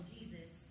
Jesus